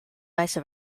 vice